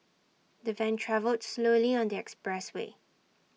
the van travelled slowly on the expressway